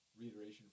reiteration